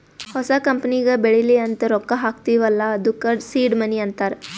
ಹೊಸ ಕಂಪನಿಗ ಬೆಳಿಲಿ ಅಂತ್ ರೊಕ್ಕಾ ಹಾಕ್ತೀವ್ ಅಲ್ಲಾ ಅದ್ದುಕ ಸೀಡ್ ಮನಿ ಅಂತಾರ